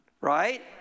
right